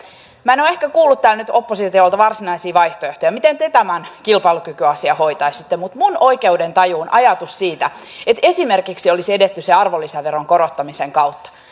minä en ole ehkä kuullut täällä nyt oppositiolta varsinaisia vaihtoehtoja miten te tämän kilpailukykyasian hoitaisitte mutta minun oikeudentajuuni kun on ollut ajatus siitä että esimerkiksi olisi edetty sen arvonlisäveron korottamisen kautta